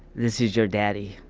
this is your daddy.